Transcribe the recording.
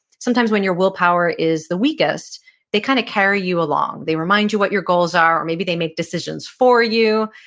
sometimes when your willpower is the weakest they kind of carry you along. they remind you what your goals are, or maybe they make decisions for you,